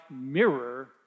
mirror